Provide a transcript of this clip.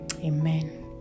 Amen